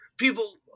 People